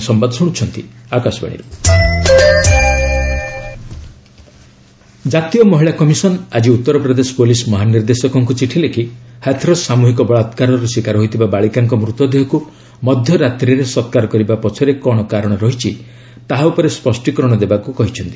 NCW Hathras victim ଜାତୀୟ ମହିଳା commission ଆଜି ଉତ୍ତରପ୍ରଦେଶ ପୁଲିସ୍ ମହାନିର୍ଦ୍ଦେଶକଙ୍କୁ ଚିଠି ଲେଖି ହାଥରସ୍ ସାମୁହିକ ବଳାକାରର ଶିକାର ହୋଇଥିବା ବାଳିକାଙ୍କ ମୂତ ଦେହକୁ ମଧ୍ୟ ରାତ୍ରିରେ ସକ୍କାର କରିବା ପଛରେ କ'ଣ କାରଣ ରହିଛି ତାହା ଉପରେ ସ୍ୱଷ୍ଟିକରଣ ଦେବାକୁ କହିଛନ୍ତି